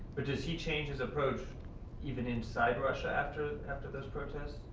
but does he change his approach even inside russia after after those protests?